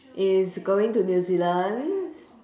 is going to new zealand